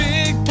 Big